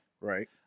right